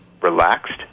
relaxed